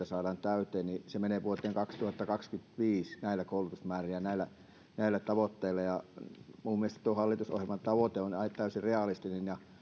saadaan täyteen niin se menee vuoteen kaksituhattakaksikymmentäviisi näillä koulutusmäärillä ja näillä tavoitteilla minun mielestäni tuo hallitusohjelman tavoite on täysin realistinen ja